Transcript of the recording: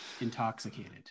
intoxicated